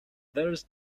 there’s